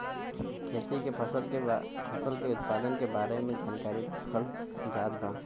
खेती में फसल के उत्पादन के बारे में जानकरी रखल जात बा